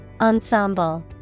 Ensemble